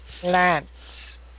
plants